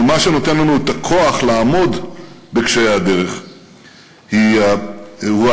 אבל מה שנותן לנו את הכוח לעמוד בקשיי הדרך הוא האמונה